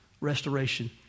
restoration